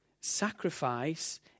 Sacrifice